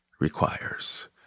Requires